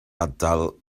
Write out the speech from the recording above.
ardal